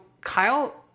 Kyle